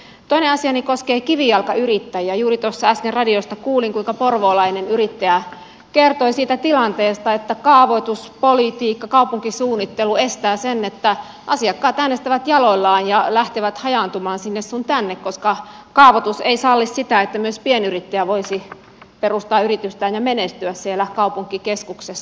juuri tuossa äsken radiosta kuulin kuinka porvoolainen yrittäjä kertoi siitä tilanteesta että kaavoituspolitiikka kaupunkisuunnittelu aiheuttavat sen että asiakkaat äänestävät jaloillaan ja lähtevät hajaantumaan sinne sun tänne koska kaavoitus ei salli sitä että myös pienyrittäjä voisi perustaa yritystään ja menestyä siellä kaupunkikeskuksessa